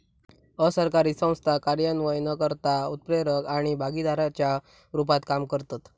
असरकारी संस्था कार्यान्वयनकर्ता, उत्प्रेरक आणि भागीदाराच्या रुपात काम करतत